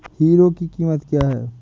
Hero की कीमत क्या है?